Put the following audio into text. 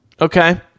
okay